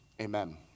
amen